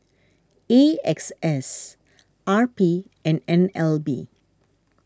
A X S R P and N L B